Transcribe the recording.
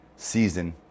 season